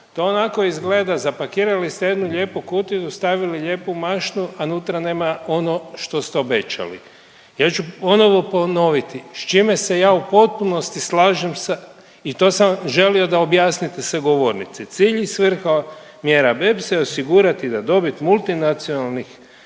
to onako izgleda zapakirali ste jednu lijepu kutiju i stavili lijepu mašnu, a nutra nema ono što ste obećali. Ja ću ponovo ponoviti s čime se ja u potpunosti slažem sa, i to sam želio da objasnite sa govornice, cilj i svrha mjera…/Govornik se ne razumije./…osigurati da dobit multinacionalnih